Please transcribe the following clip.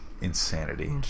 insanity